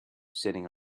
sitting